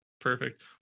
perfect